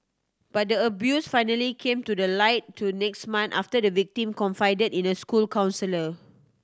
but the abuse finally came to the light to next month after the victim confided in a school counsellor